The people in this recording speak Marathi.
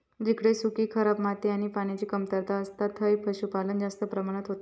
जिकडे सुखी, खराब माती आणि पान्याची कमतरता असता थंय पशुपालन जास्त प्रमाणात होता